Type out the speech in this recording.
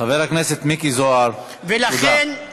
חבר הכנסת מיקי זוהר, תודה.